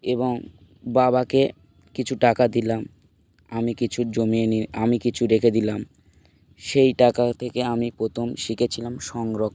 এবং বাবাকে কিছু টাকা দিলাম আমি কিছু জমিয়ে নিয়ে আমি কিছু রেখে দিলাম সেই টাকা থেকে আমি প্রথম শিখেছিলাম সংরক্ষণ